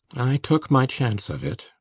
i took my chance of it.